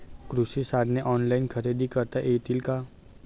कृषी साधने ऑनलाइन खरेदी करता येतील का?